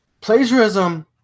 plagiarism